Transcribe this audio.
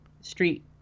street